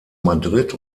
madrid